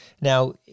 Now